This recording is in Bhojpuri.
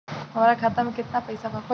हमरा खाता मे केतना पैसा बा?